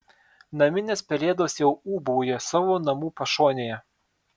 naminės pelėdos jau ūbauja savo namų pašonėje